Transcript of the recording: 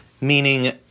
meaning